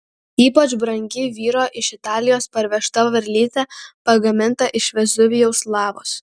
ypač brangi vyro iš italijos parvežta varlytė pagaminta iš vezuvijaus lavos